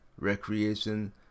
recreation